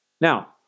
Now